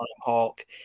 Hulk